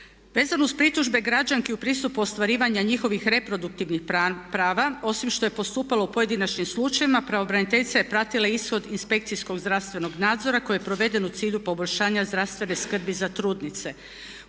Vezano uz pritužbe građanki u pristupu ostvarivanja njihovih reproduktivnih prava osim što je postupalo u pojedinačnim slučajevima pravobraniteljica je pratila ishod inspekcijskog zdravstvenog nadzora koji je proveden u cilju poboljšanja zdravstvene skrbi za trudnice,